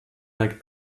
like